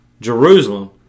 Jerusalem